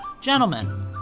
Gentlemen